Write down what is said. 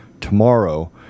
tomorrow